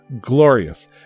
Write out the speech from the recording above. glorious